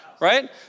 right